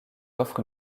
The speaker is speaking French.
offre